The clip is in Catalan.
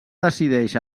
decideix